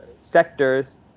sectors